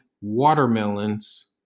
watermelons